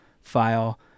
file